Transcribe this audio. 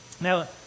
Now